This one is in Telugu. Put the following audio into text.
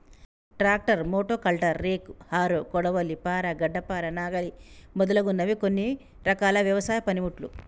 ట్రాక్టర్, మోటో కల్టర్, రేక్, హరో, కొడవలి, పార, గడ్డపార, నాగలి మొదలగునవి కొన్ని రకాల వ్యవసాయ పనిముట్లు